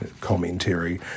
commentary